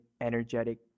energetic